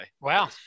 wow